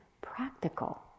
practical